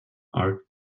art